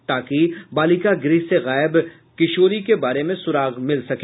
ताकि बालिका गृह से गायब किशोरी के बारे में सुराग मिल सके